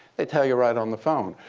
they tell you right on the phone.